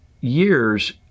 years